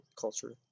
culture